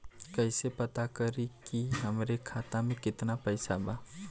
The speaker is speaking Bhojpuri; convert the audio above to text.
कइसे पता करि कि हमरे खाता मे कितना पैसा बा?